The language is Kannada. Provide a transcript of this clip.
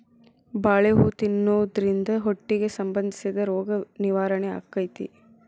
ಬಾಳೆ ಹೂ ತಿನ್ನುದ್ರಿಂದ ಹೊಟ್ಟಿಗೆ ಸಂಬಂಧಿಸಿದ ರೋಗ ನಿವಾರಣೆ ಅಕೈತಿ